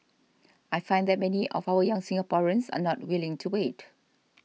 I find that many of our young Singaporeans are not willing to wait